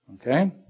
Okay